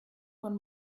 von